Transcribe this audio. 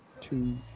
two